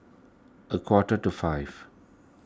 a quarter to five